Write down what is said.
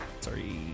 sorry